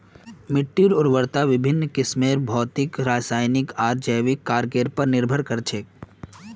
मिट्टीर उर्वरता विभिन्न किस्मेर भौतिक रासायनिक आर जैविक कारकेर पर निर्भर कर छे